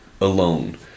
alone